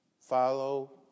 follow